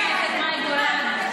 חברת הכנסת מאי גולן,